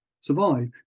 survive